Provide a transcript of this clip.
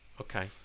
Okay